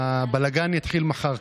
ויש טיפול ופתרון.